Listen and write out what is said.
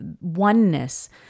oneness